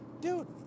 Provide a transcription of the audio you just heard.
dude